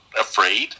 afraid